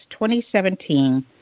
2017